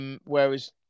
whereas